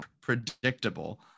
predictable